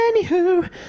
Anywho